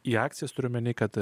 į akcijas turiu omeny kad